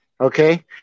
okay